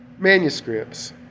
manuscripts